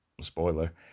spoiler